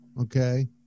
okay